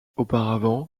auparavant